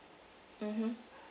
mmhmm